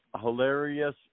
hilarious